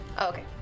Okay